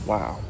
Wow